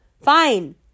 Fine